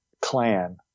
clan